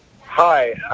Hi